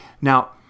now